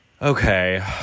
Okay